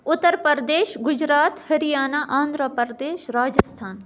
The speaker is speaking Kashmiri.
اُترپردیش گُجرات ہ ۂریانہ آندھرا پردیش راجِستھان